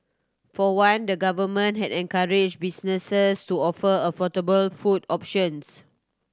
for one the Government has encouraged businesses to offer affordable food options